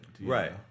Right